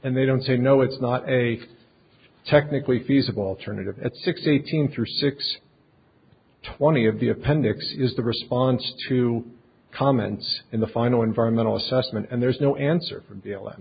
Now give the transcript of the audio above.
and they don't say no it's not a technically feasible alternative at six eighteen three six twenty of the appendix is the response to comments in the final environmental assessment and there's no answer f